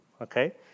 Okay